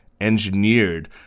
engineered